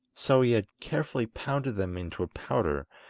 so he had carefully pounded them into a powder,